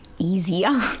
Easier